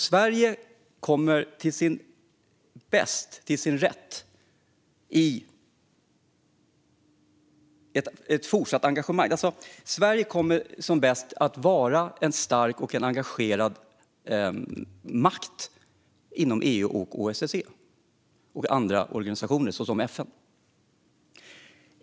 Sverige kommer bäst till sin rätt genom ett fortsatt engagemang och som en stark och engagerad makt inom EU, OSSE och andra organisationer, såsom FN.